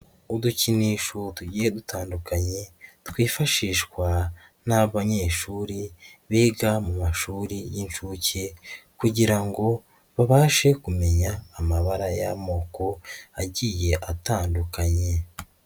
Udukinisho tugiye dutandukanye twifashishwa n'abanyeshuri biga mu mashuri y'inshuke kugira ngo babashe kumenya amabara y'amoko agiye atandukanye.